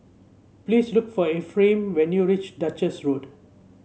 please look for Efrain when you reach Duchess Road